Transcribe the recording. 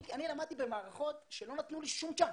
אני למדתי במערכות שלא נתנו לי שום צ'אנס.